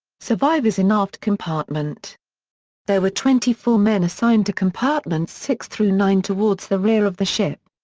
survivors in aft compartment there were twenty four men assigned to compartments six through nine towards the rear of the ship.